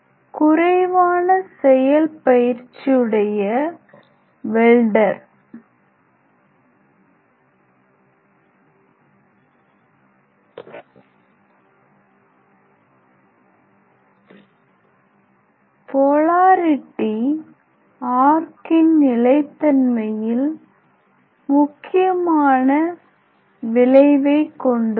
குறைவான செயல் பயிற்சியுடைய வெல்டர் போலாரிட்டி ஆர்க்கின் நிலைத்தன்மையில் முக்கியமான விளைவைக் கொண்டுள்ளது